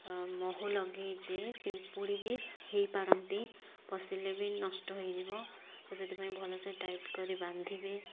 ଆ ମହୁ ଲଗେଇଛେ ପିମ୍ପୁଡ଼ି ବି ହୋଇପାରନ୍ତି ପଶିଲେ ବି ନଷ୍ଟ ହୋଇଯିବ ତ ସେଥିପାଇଁ ଭଲ ସେ ଟାଇଟ କରି ବାନ୍ଧିବେ